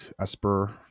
Esper